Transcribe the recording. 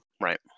Right